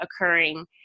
occurring